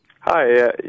Hi